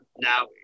now